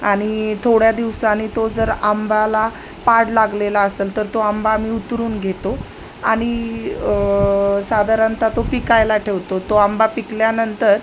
आणि थोड्या दिवसानी तो जर आंब्याला पाड लागलेला असेल तर तो आंबा आम्ही उतरून घेतो आणि साधारणत तो पिकायला ठेवतो तो आंबा पिकल्यानंतर